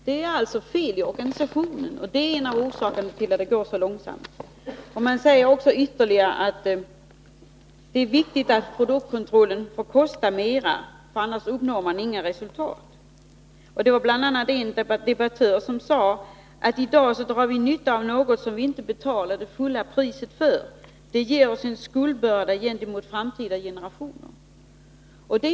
Det är alltså fel i organisationen, och det är en av orsakerna till att det går så långsamt. Det anförs ytterligare: Det är viktigt att produktkontrollen får kosta mer. Annars uppnår man inga resultat. Bl. a. sade en debattör: I dag drar vi nytta av något som vi inte betalar det fulla priset för. Det ger oss en skuldbörda gentemot framtida generationer.